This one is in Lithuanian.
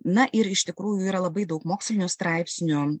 na ir iš tikrųjų yra labai daug mokslinių straipsnių